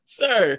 sir